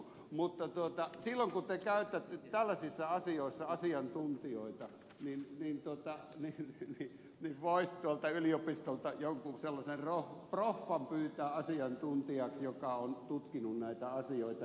mutta silloin kun te käytätte tällaisissa asioissa asiantuntijoita voisi tuolta yliopistolta jonkun sellaisen proffan pyytää asiantuntijaksi joka on tutkinut näitä asioita